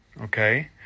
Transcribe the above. okay